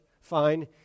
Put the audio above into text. fine